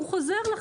הוא חוזר ללקוחות.